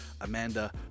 Amanda